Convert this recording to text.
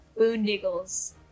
Boondiggles